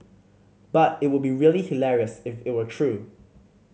but it would be really hilarious if it were true